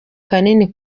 kanini